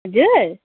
हजुर